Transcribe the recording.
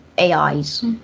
ais